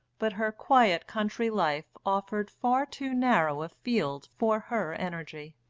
but her quiet country life offered far too narrow a field for her energy.